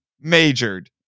majored